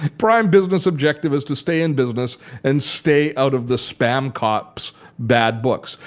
prime business objective is to stay in business and stay out of the spam cop's bad books.